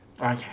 Okay